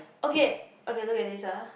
okay okay look at this ah